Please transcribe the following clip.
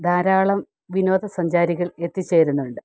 ധാരാളം വിനോദസഞ്ചാരികൾ എത്തിച്ചേരുന്നുണ്ട്